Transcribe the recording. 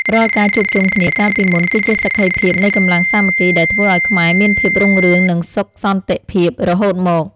រាល់ការជួបជុំគ្នាកាលពីមុន គឺជាសក្ខីភាពនៃកម្លាំងសាមគ្គីដែលធ្វើឱ្យខ្មែរមានភាពរុងរឿងនិងសុខសន្តិភាពរហូតមក។